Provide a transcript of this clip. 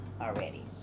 already